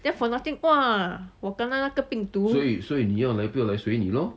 therefore nothing !wah! 我 kena 那个病毒